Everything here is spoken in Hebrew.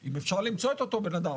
אם אפשר למצוא את אותו בן אדם?